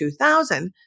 2000